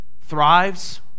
thrives